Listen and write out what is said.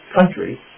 country